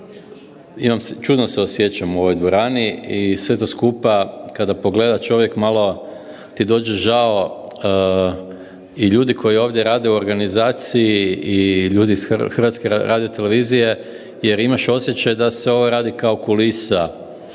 čudno se osjećam u ovoj dvorani i sve to skupa kada pogleda čovjek malo ti dođe žao i ljudi koji ovdje rade u organizaciji i ljudi iz HRT-a jer imaš osjećaj da se ovo radi kao kulisa